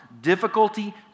difficulty